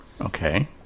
Okay